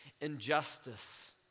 injustice